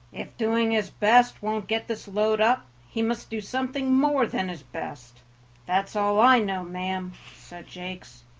if doing his best won't get this load up he must do something more than his best that's all i know, ma'am, said jakes.